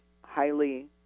highly